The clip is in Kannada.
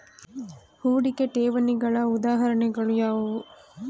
ಹೂಡಿಕೆ ಠೇವಣಿಗಳ ಉದಾಹರಣೆಗಳು ಯಾವುವು?